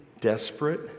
desperate